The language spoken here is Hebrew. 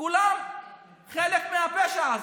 כולם חלק מהפשע הזה.